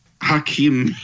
Hakim